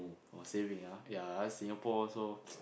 !wah! saving ah ya ah Singapore also